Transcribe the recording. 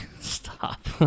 Stop